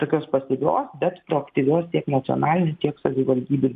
tokios pasyvios bet proaktyvios tiek nacionaliniam tiek savivaldybių